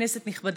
כנסת נכבדה,